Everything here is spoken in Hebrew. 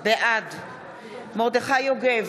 בעד מרדכי יוגב,